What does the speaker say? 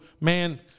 Man